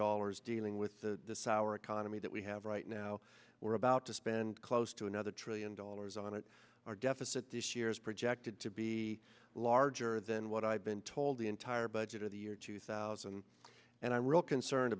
dollars dealing with the sour economy that we have right now we're about to spend close to another trillion dollars on it our deficit this year is projected to be larger than what i've been told the entire budget of the year two thousand and i'm real concerned